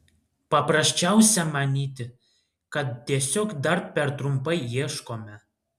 paprasčiausia manyti kad tiesiog dar per trumpai ieškome